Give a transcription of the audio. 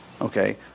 okay